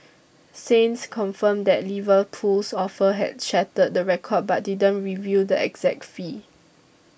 Saints confirmed that Liverpool's offer had shattered the record but didn't reveal the exact fee